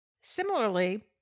Similarly